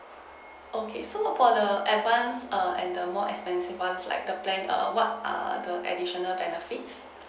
okay so for the advance err and the more expensive [one] like the plan err what are the additional benefits